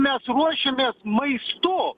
mes ruošiamės maistu